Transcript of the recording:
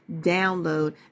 download